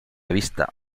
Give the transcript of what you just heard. vista